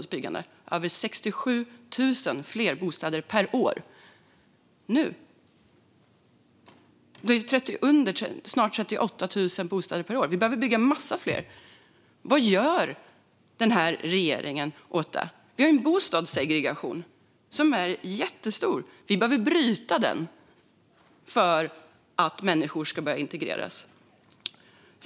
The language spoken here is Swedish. Det byggdes över 67 000 bostäder per år då. Nu är det under 38 000 bostäder per år. Man behöver bygga många fler. Vad gör den här regeringen åt det? Bostadssegregationen är ju jättestor och behöver brytas för att människor ska börja integreras.